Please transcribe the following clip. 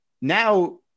Now